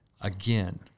again